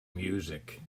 music